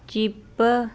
chip